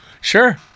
Sure